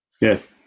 Yes